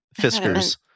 Fiskers